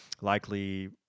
likely